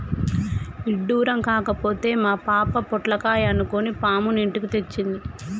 ఇడ్డురం కాకపోతే మా పాప పొట్లకాయ అనుకొని పాముని ఇంటికి తెచ్చింది